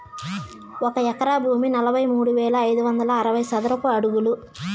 ఒక ఎకరా భూమి నలభై మూడు వేల ఐదు వందల అరవై చదరపు అడుగులు